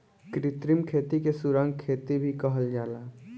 कृत्रिम खेती के सुरंग खेती भी कहल जाला